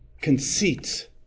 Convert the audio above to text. conceit